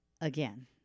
again